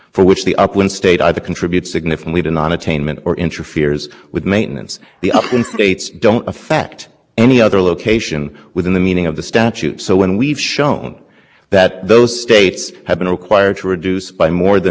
entitled to use uniform cost thresholds nationwide even when using those uniform cost thresholds means that some states will be overcontrolled as the supreme court stated the test that's up the highest common denominator